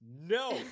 No